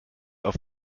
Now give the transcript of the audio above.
auf